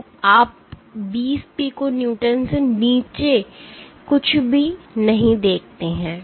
तो आप 20 pico newton से नीचे कुछ भी नहीं देखते हैं